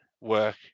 work